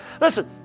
Listen